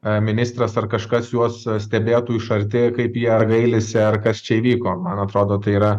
ministras ar kažkas juos stebėtų iš arti kaip jie gailisi ar kas čia įvyko man atrodo tai yra